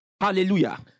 hallelujah